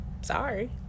Sorry